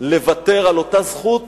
לוותר על אותה זכות